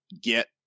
get